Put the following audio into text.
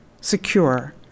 secure